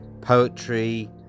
poetry